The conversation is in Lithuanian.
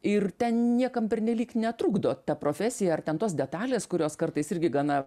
ir niekam pernelyg netrukdo ta profesija ar ten tos detalės kurios kartais irgi gana